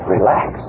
Relax